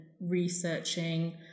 researching